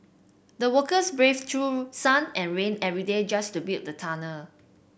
the workers braved through sun and rain every day just to build the tunnel